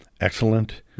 excellent